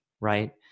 right